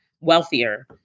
wealthier